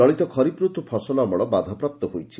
ଚଳିତ ଖରିଫ୍ ଋତୁ ଫସଲ ଅମଳ ବାଧାପ୍ରାପ୍ତ ହୋଇଛି